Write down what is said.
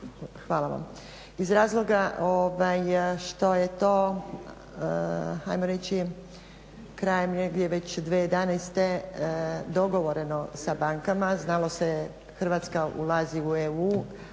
napisali iz razloga što je to ajmo reći krajem negdje već 2011. dogovoreno sa bankama, znalo se, Hrvatska ulazi u EU